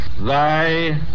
Thy